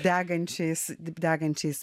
degančiais degančiais